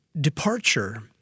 departure